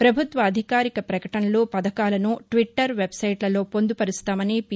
పభుత్వ అధికారిక పకటనలు పథకాలను ట్విట్టర్ వెబ్ సైట్లో పొందుపరుస్తామని పి